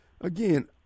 again